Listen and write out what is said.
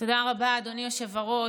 היושב-ראש.